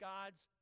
God's